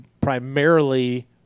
primarily